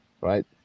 right